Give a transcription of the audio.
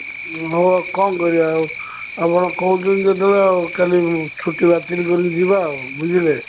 ହଉ ଆଉ କ'ଣ କରିବା ଆଉ ଆପଣ କହୁଛନ୍ତି ଯେତେବେଳେ କାଲି ଛୁଟି ବାତିଲ୍ କରିକି ଯିବା ଆଉ ବୁଝିଲେ